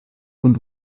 und